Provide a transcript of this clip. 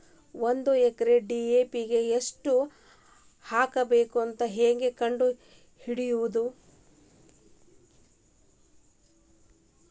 ಒಂದು ಎಕರೆಗೆ ಡಿ.ಎ.ಪಿ ಎಷ್ಟು ಹಾಕಬೇಕಂತ ಹೆಂಗೆ ಕಂಡು ಹಿಡಿಯುವುದು?